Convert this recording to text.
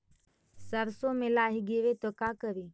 सरसो मे लाहि गिरे तो का करि?